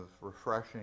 refreshing